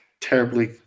terribly